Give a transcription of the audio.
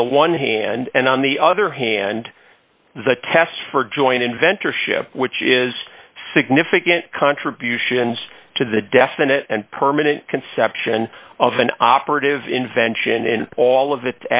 on the one hand and on the other hand the test for joint inventor ship which is significant contributions to the definite and permanent conception of an operative invention in all of it